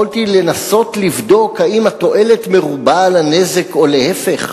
יכולתי לנסות לבדוק האם התועלת מרובה על הנזק או להיפך.